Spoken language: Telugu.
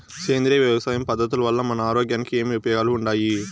సేంద్రియ వ్యవసాయం పద్ధతుల వల్ల మన ఆరోగ్యానికి ఏమి ఉపయోగాలు వుండాయి?